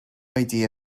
idea